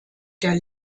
der